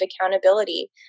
accountability